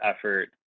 effort